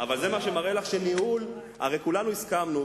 אבל זה מה שמראה לך: הרי כולנו הסכמנו,